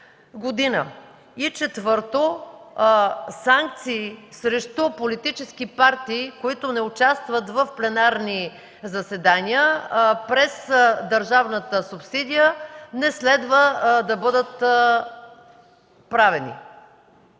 г. Четвърто, санкции срещу политически партии, които не участват в пленарни заседания, през държавната субсидия не следва да бъдат правени.